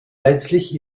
letztlich